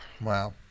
Wow